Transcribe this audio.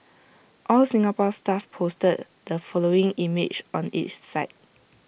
All Singapore Stuff posted the following image on its site